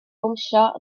bownsio